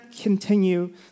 continue